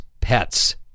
pets